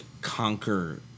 conquer